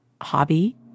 hobby